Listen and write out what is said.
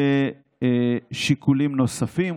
ושיקולים נוספים,